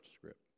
script